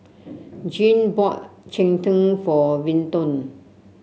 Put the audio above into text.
Jean bought Cheng Tng for Vinton